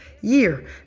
year